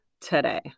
Today